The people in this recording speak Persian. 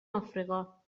افریقا